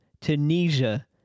Tunisia